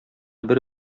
бер